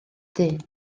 dyn